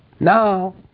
Now